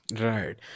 right